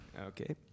Okay